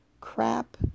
crap